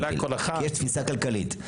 כי יש תפישה כלכלית.